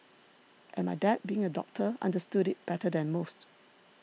and my dad being a doctor understood it better than most